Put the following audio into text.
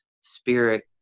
spirit